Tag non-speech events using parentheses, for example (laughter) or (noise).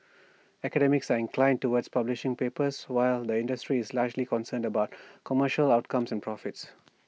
academics sign inclined towards publishing papers while the industry is largely concerned about (noise) commercial outcomes and profits